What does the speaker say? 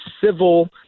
civil